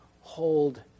hold